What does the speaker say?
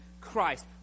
Christ